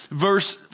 verse